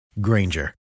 Granger